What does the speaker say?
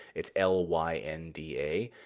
it's l y n d a.